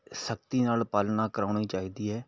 ਸਖ਼ਤੀ ਨਾਲ ਪਾਲਣਾ ਕਰਵਾਉਣੀ ਚਾਹੀਦੀ ਹੈ